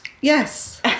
yes